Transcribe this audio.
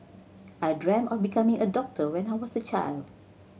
I dreamt of becoming a doctor when I was a child